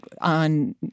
on